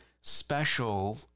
special